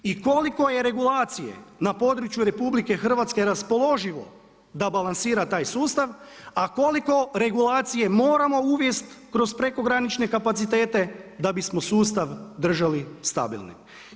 I koliko je regulacije na području RH raspoloživo da balansira taj sustav a koliko regulacije moramo uvesti kroz prekogranične kapacitete da bismo sustav držali stabilnim.